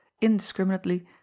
indiscriminately